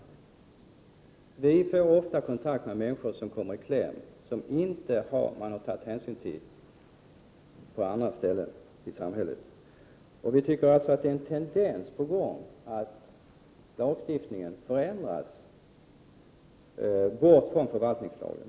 Vi i miljöpartiet får ofta kontakt med människor som kommit i kläm, med människor som man inte har tagit hänsyn till på annat håll i samhället. Vi tycker att det finns en tendens mot att lagstiftningen förändras bort från förvaltningslagen.